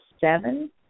seven